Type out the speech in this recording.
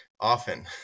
often